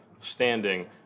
standing